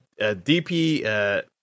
DP